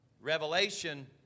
Revelation